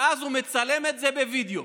ואז הוא מצלם את זה בווידיאו,